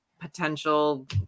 potential